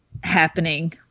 happening